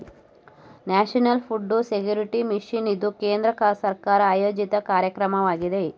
national food security mission ಇದು ಕೇಂದ್ರ ಸರ್ಕಾರ ಆಯೋಜಿತ ಕಾರ್ಯಕ್ರಮವಾಗಿದೆ